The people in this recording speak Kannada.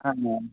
ಹಾಂ ಮ್ಯಾಮ್